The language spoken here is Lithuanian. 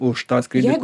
už tą skrydį